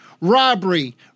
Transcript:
robbery